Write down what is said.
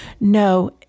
No